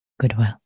goodwill